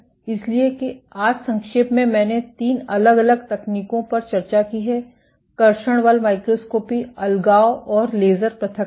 इसलिए कि आज संक्षेप में मैंने तीन अलग अलग तकनीकों पर चर्चा की है कर्षण बल माइक्रोस्कोपी अलगाव और लेजर पृथक्करण